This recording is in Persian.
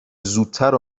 زودتر